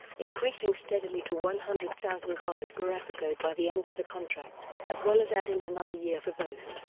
increasing steadily to one hundred thousand dollars per episode by the end of the contract, as well as adding another year for both.